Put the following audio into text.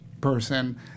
person